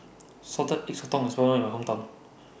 Salted Egg Sotong IS Well known in My Hometown